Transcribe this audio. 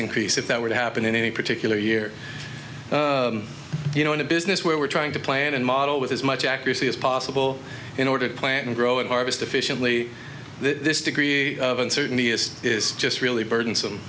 increase if that were to happen in any particular year you know in a business where we're trying to plan and model with as much accuracy as possible in order to plant and grow and harvest efficiently this degree of uncertainty is is just really burdensome